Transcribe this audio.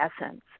essence